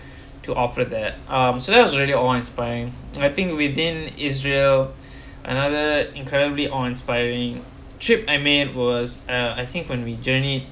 to offer that um so that was really awe inspiring I think within israel another incredibly awe inspiring trip I made was uh I think when we journey